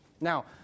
Now